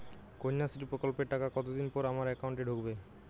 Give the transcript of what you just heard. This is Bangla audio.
কন্যাশ্রী প্রকল্পের টাকা কতদিন পর আমার অ্যাকাউন্ট এ ঢুকবে?